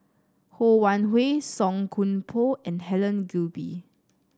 Ho Wan Hui Song Koon Poh and Helen Gilbey